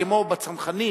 כמו שבצנחנים